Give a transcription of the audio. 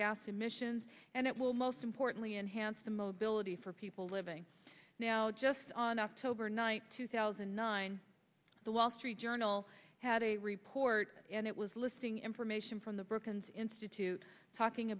gas emissions and it will most importantly enhance the mobility for people living now just on october night two thousand and nine the wall street journal had a report and it was listing information from the brookings institute talking